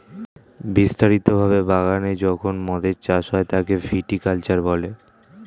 বিস্তারিত ভাবে বাগানে যখন মদের চাষ হয় তাকে ভিটি কালচার বলে